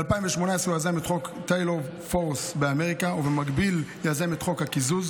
ב-2008 הוא יזם את חוק טיילור פורס באמריקה ובמקביל יזם את חוק הקיזוז,